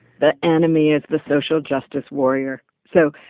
the enemy is the social justice warrior. so,